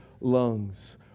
lungs